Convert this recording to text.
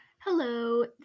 Hello